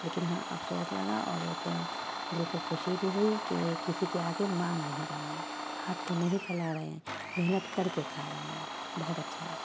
لیکن ہاں افسوس لگا اور ایک دل کو خوشی بھی ہوئی کہ کسی کے آگے مانگ نہیں رہے ہیں ہاتھ تو نہیں پھیلا رہے ہیں محنت کر کے کھا رہے ہیں بہت اچھا لگا